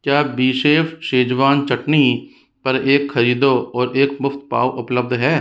क्या बीशेफ़ शेज़वान चटनी पर एक खरीदो और एक मुफ्त पाओ उपलब्ध है